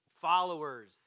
followers